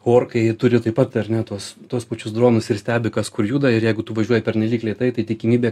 orkai turi taip pat ar ne tuos tuos pačius dronus ir stebi kas kur juda ir jeigu tu važiuoji pernelyg lėtai tai tikimybė